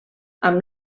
amb